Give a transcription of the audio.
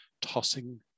tossing